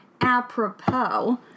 apropos